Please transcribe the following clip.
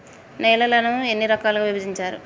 నేలలను ఎన్ని రకాలుగా విభజించారు?